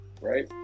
right